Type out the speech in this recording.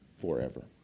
Forever